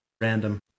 random